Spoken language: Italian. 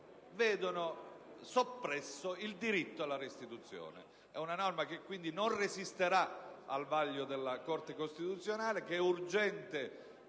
invece soppresso il diritto alla restituzione. È una norma, quindi, che non resisterà al vaglio della Corte costituzionale e che è urgente